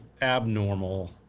abnormal